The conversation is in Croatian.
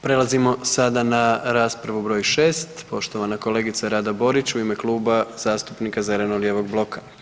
Prelazimo sada na raspravu broj šest, poštovana kolegica Rada Borić u ime Kluba zastupnika zeleno-lijevog bloka.